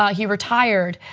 um he retired,